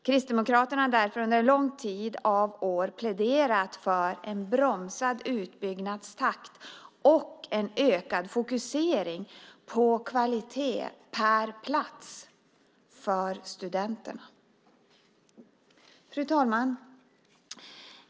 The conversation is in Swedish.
Kristdemokraterna har därför under många år pläderat för en bromsad utbyggnadstakt och en ökad fokusering på kvalitet per plats för studenterna. Fru talman!